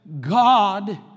God